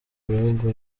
bihugu